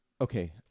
Okay